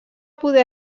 poder